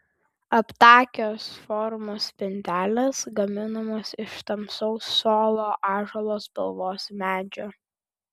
aptakios formos spintelės gaminamos iš tamsaus solo ąžuolo spalvos medžio